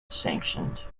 sanctioned